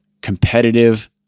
competitive